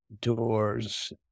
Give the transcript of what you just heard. doors